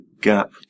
gap